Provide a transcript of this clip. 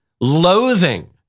loathing